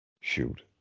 shoot